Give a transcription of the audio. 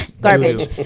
garbage